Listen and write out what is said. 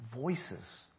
Voices